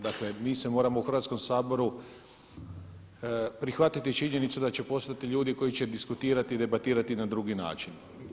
Dakle, mi se moramo u Hrvatskom saboru prihvatiti činjenicu da će postojati ljudi koji će diskutirati, debatirati na drugi način.